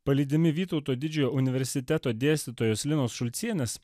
palydimi vytauto didžiojo universiteto dėstytojos linos šulcienės